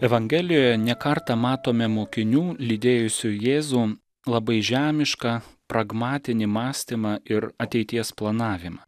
evangelijoje ne kartą matome mokinių lydėjusių jėzų labai žemišką pragmatinį mąstymą ir ateities planavimą